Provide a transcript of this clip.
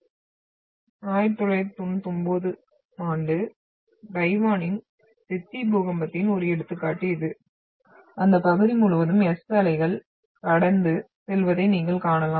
1999 ஆம் ஆண்டு தைவானின் செச்சி பூகம்பத்தின் ஒரு எடுத்துக்காட்டு இது அந்த பகுதி முழுவதும் S அலை கடந்து செல்வதை நீங்கள் காணலாம்